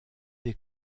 des